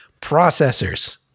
processors